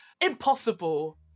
impossible